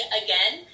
again